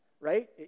right